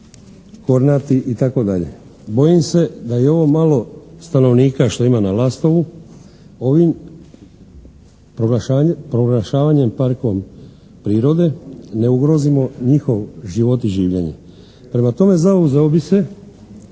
"Kornati", itd. Bojim se da i ovo malo stanovnika što ima na Lastovu ovim proglašavanjem parkom prirode ne ugrozimo njihov život i življenje. Prema tome, zauzeo bih se